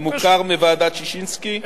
המוכר מוועדת-ששינסקי,